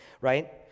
right